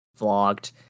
vlogged